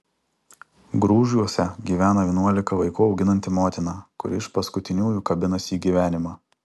grūžiuose gyvena vienuolika vaikų auginanti motina kuri iš paskutiniųjų kabinasi į gyvenimą